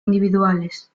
individuales